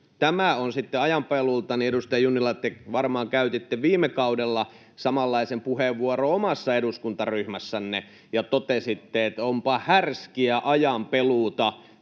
tämä on ajanpeluuta, edustaja Junnila, niin te varmaan käytitte viime kaudella samanlaisen puheenvuoron omassa eduskuntaryhmässänne ja totesitte, että onpa härskiä ajanpeluuta